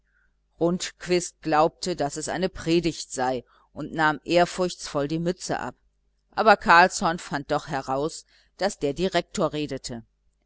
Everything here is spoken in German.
rundquist glaubte daß es eine predigt sei und nahm ehrfurchtsvoll die mütze ab aber carlsson fand doch heraus daß der direktor redete